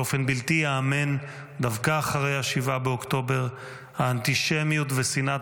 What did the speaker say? באופן בלתי ייאמן דווקא אחרי 7 באוקטובר האנטישמיות ושנאת